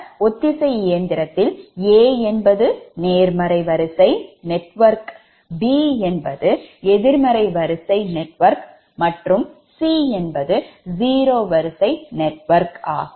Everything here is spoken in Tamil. ஆக ஒத்திசை இயந்திரத்தில் a என்பது நேர்மறை வரிசை நெட்வொர்க் b என்பது எதிர்மறை வரிசை நெட்வொர்க் மற்றும் c என்பது zero வரிசை நெட்வொர்க் ஆகும்